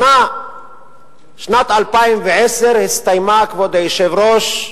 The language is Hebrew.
שנת 2010 הסתיימה, כבוד היושב-ראש,